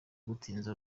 gutinza